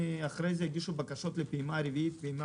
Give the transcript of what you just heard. אחרי זה הגישו בקשות לפעימה רביעית ולפעימה